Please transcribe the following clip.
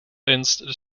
eens